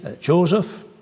Joseph